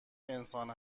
انسان